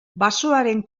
basoaren